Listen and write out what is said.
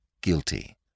guilty